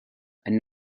and